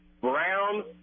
brown